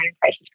prices